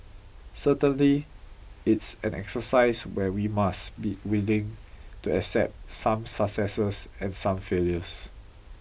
certainly it's an exercise where we must be willing to accept some successes and some failures